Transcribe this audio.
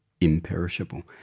imperishable